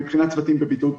מבחינת צוותים בבידוד,